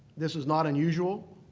this is not unusual.